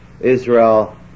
Israel